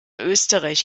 österreich